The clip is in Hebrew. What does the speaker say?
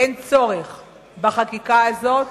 אין צורך בחקיקה הזאת,